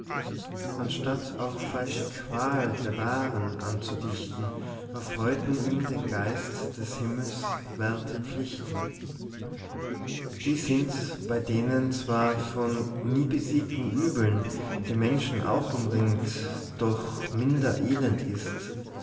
anstatt auch falsche qual der wahren anzudichten erfreuten ihn den geist des himmels werte pflichten die sinds bei denen zwar von nie besiegten übeln die menschen auch umringt doch minder elend sind